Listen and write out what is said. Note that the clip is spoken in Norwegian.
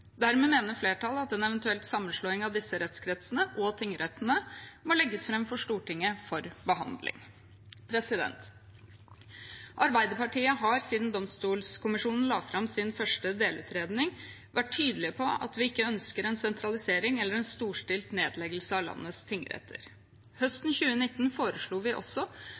Dermed mener flertallet at en eventuell sammenslåing av disse rettskretsene og tingrettene må legges fram for Stortinget for behandling. Arbeiderpartiet har siden Domstolkommisjonen la fram sin første delutredning, vært tydelig på at vi ikke ønsker en sentralisering eller storstilt nedleggelse av landets tingretter. Høsten 2019 foreslo vi også